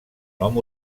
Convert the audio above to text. nom